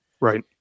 Right